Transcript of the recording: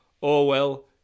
orwell